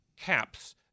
caps